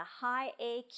high-AQ